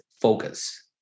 focus